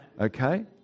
okay